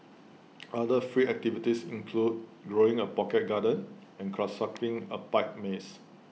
other free activities include growing A pocket garden and constructing A pipe maze